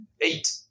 Eight